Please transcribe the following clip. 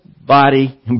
body